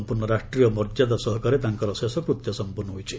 ସମ୍ପୂର୍ଣ୍ଣ ରାଷ୍ଟ୍ରୀୟ ମର୍ଯ୍ୟାଦା ସହକାରେ ତାଙ୍କର ଶେଷକୃତ୍ୟ ସମ୍ପନ୍ନ ହୋଇଛି